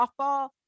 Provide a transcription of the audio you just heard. softball